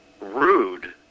rude